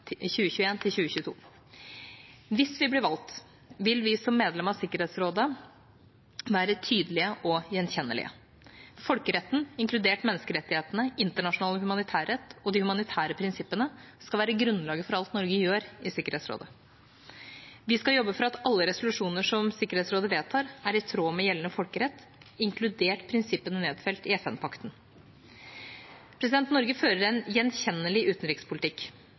Hvis vi blir valgt, vil vi som medlem av Sikkerhetsrådet være tydelige og gjenkjennelige. Folkeretten, inkludert menneskerettighetene, internasjonal humanitærrett og de humanitære prinsippene skal være grunnlaget for alt Norge gjør i Sikkerhetsrådet. Vi skal jobbe for at alle resolusjoner som Sikkerhetsrådet vedtar, er i tråd med gjeldende folkerett, inkludert prinsippene nedfelt i FN-pakten. Norge fører en gjenkjennelig utenrikspolitikk.